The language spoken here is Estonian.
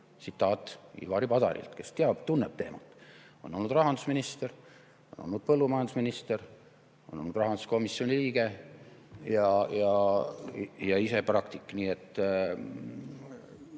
Tsitaat Ivari Padarilt, kes teab, tunneb teemat, on olnud rahandusminister, on olnud põllumajandusminister, on olnud rahanduskomisjoni liige ja praktik.